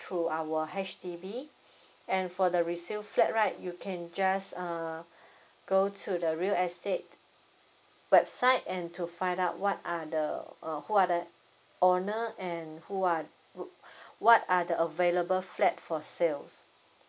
through our H_D_B and for the resale flat right you can just err go to the real estate website and to find out what are the err who are the owner and who are uh what are the available flat for sales